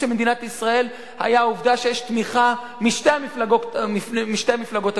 של מדינת ישראל היה העובדה שיש תמיכה משתי המפלגות הגדולות.